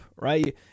Right